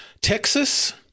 Texas